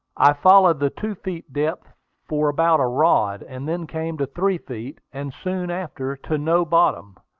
i followed the two feet depth for about a rod, and then came to three feet, and soon after to no bottom.